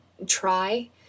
try